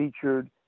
featured